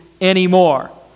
anymore